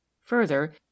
Further